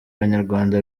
banyarwanda